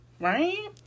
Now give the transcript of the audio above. right